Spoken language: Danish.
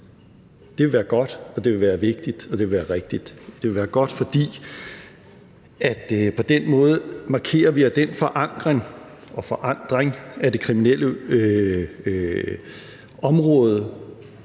Det vil være godt, og det vil være vigtigt, og det vil være rigtigt. Det vil være godt, fordi vi på den måde markerer, at den forankring og forandring af det kriminelle område